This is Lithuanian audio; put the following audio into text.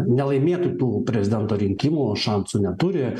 nelaimėtų tų prezidento rinkimų šansų neturi